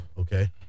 Okay